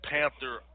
Panther